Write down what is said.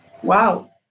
Wow